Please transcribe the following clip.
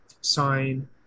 sign